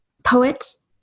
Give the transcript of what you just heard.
Poets